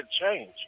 change